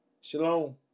Shalom